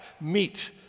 meet